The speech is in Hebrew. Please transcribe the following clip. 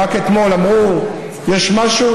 רק אתמול אמרו שיש משהו,